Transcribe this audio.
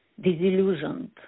disillusioned